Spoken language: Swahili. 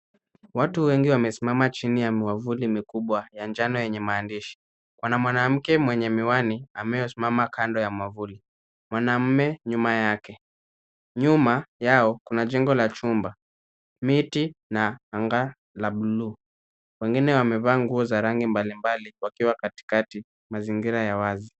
Watu wengi wamesimama chini ya mwavuli mikubwa ya njano yenye maandishi, pana mwanamke wenye miwani amesimama kando ya mwavuli wanamume nyuma yake. Nyuma yao kuna jengo la chumba, miti na anga la bluu wengine wamevaa nguo za rangi mbaimbali wakiwa katikati mazingira ya wazi.